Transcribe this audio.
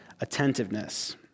attentiveness